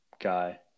guy